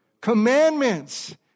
Commandments